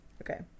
Okay